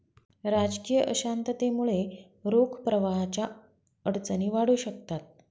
राजकीय अशांततेमुळे रोख प्रवाहाच्या अडचणी वाढू शकतात